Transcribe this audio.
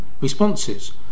responses